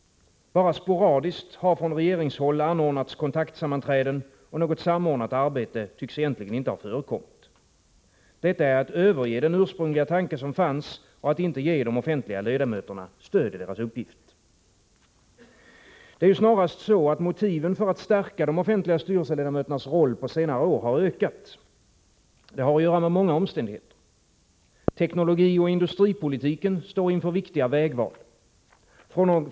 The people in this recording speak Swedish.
Bara sporadiskt har det från regeringshåll anordnats kontaktsammanträden, och något samordnat arbete tycks egentligen inte ha förekommit. Detta är att överge den ursprungliga tanke som fanns och att inte ge de offentliga ledamöterna stöd i deras uppgift. Det är snarast så att motiven att stärka de offentliga styrelseledamöternas roll har ökat på senare år. Det har att göra med många omständigheter. Teknologioch industripolitiken står inför viktiga vägval.